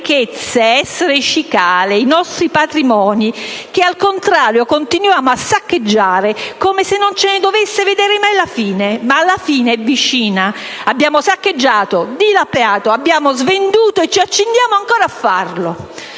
ricchezze, i nostri patrimoni, che al contrario continuiamo a saccheggiare come se non se ne dovesse vedere mai la fine. Ma la fine è vicina. Abbiamo saccheggiato, dilapidato, svenduto e ci accingiamo ancora a farlo.